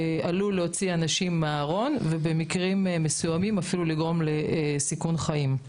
שעלול להוציא אנשים מהארון ובמקרים מסוימים אפילו לגרום לסיכון חיים.